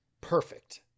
perfect